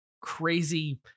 crazy